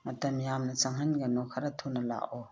ꯃꯇꯝ ꯌꯥꯝꯅ ꯆꯪꯍꯟꯒꯅꯣ ꯈꯔꯥ ꯊꯨꯅ ꯂꯥꯛꯑꯣ